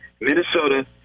Minnesota